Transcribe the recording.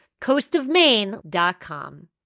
coastofmaine.com